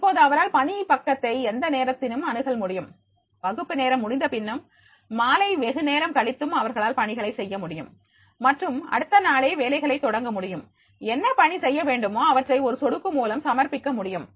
இப்போது அவரால் பணி பக்கத்தை எந்த நேரத்திலும் அணுகல் முடியும் வகுப்பு நேரம் முடிந்த பின்னும் மாலை வெகு நேரம் கழித்தும் அவர்களால் பணிகளை செய்ய முடியும் மற்றும் அடுத்த நாளே வேலைகளை தொடங்க முடியும் என்ன பணி செய்ய வேண்டுமோ அவற்றை ஒரு சொடுக்கு மூலம் சமர்பிக்க முடியும்